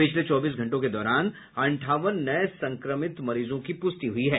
पिछले चौबीस घंटों के दौरान अंठावन नये संक्रमित मरीजों की पुष्टि हुई है